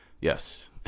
Yes